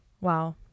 wow